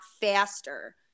faster